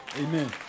Amen